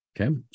Okay